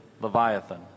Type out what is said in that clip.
Leviathan